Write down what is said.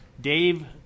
Dave